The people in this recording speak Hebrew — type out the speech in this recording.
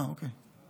אה, אוקיי.